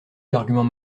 l’argument